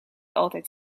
altijd